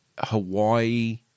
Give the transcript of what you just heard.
Hawaii